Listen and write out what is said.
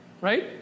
Right